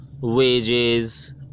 wages